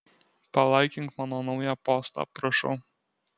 palaikink mano naują postą prašau